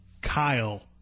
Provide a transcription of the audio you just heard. Kyle